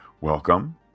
welcome